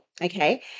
okay